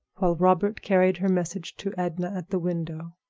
while robert carried her message to edna at the window.